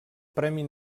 premi